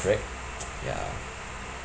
correct ya